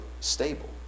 stable